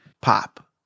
pop